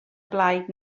blaid